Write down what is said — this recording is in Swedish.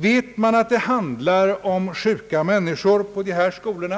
Vet man att det handlar om sjuka människor på dessa skolor,